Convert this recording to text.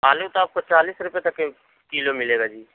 آلو تو آپ کو چالیس روپے تک کے کلو مِلے گا جی